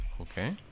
Okay